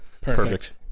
Perfect